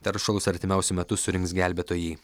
teršalus artimiausiu metu surinks gelbėtojai